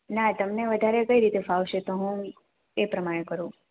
ના તમને વધારે કઈ રીતે ફાવશે તો હું એ પ્રમાણે કરું